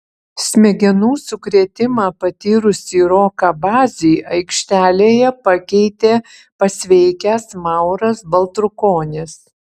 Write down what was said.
smegenų sukrėtimą patyrusį roką bazį aikštelėje pakeitė pasveikęs mauras baltrukonis